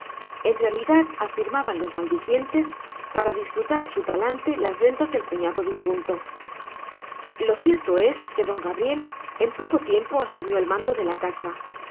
en realidad afirmaban los maldicientes para disfrutar a su talante las rentas del cuñado difunto lo cierto es que don gabriel en poco tiempo asumió el mando de la casa